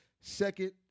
second